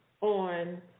on